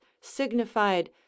signified